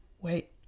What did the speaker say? wait